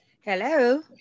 Hello